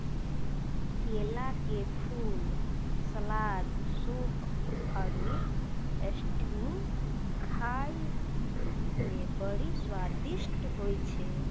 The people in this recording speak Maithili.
केला के फूल, सलाद, सूप आरु स्ट्यू खाए मे बड़ी स्वादिष्ट होय छै